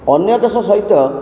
ଅନ୍ୟଦେଶ ସହିତ